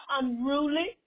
unruly